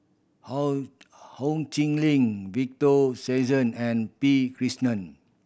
Ho Ho Chee Lick Victor Sassoon and P Krishnan